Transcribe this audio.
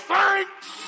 thanks